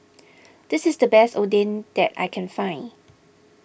this is the best Oden that I can find